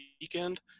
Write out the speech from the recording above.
weekend